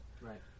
right